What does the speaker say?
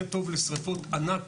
זה טוב לשריפות ענק